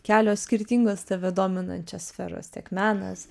kelios skirtingos tave dominančios sferos tiek menas